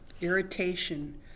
irritation